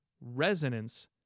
Resonance